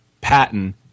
Patton